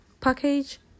package